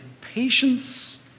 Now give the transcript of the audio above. patience